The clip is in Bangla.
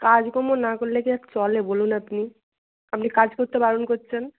কাজ কম্ম না করলে কি আর চলে বলুন আপনি আপনি কাজ করতে বারণ করছেন